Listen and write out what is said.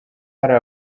hari